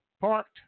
Parked